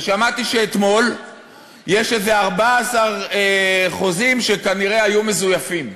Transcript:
ושמעתי אתמול שיש איזה 14 חוזים שכנראה היו מזויפים,